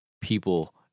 people